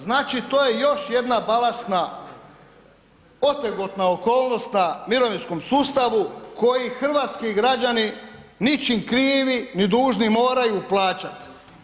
Znači, to je još jedna balastna otegotna okolnost na mirovinskom sustavu koji hrvatski građani ničim krivi ni dužni moraju plaćati.